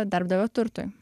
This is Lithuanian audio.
darbdavio turtui